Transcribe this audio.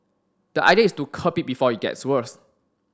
the idea is to curb it before it gets worse